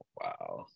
Wow